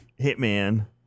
Hitman